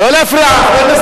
לא להפריע.